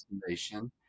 destination